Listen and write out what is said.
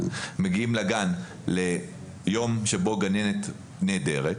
שמגיעים לגן ליום בו גננת נעדרת,